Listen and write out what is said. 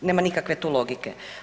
Nema nikakve tu logike.